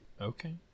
Okay